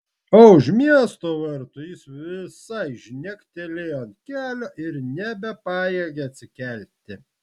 o už miesto vartų jis visai žnektelėjo ant kelio ir nebepajėgė atsikelti